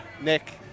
Nick